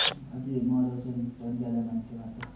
अझ मजा आउँछ नि झन् ज्यादा मान्छेमा त